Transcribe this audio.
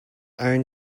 own